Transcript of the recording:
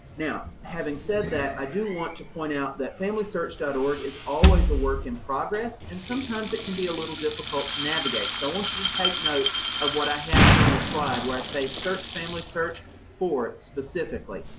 now having said that, i do want to point out that familysearch dot org is always a work in progress and sometimes it can be a little difficult to navigate. so i want you to take note of what i have here on the slide, where i say search, family search for it specifically,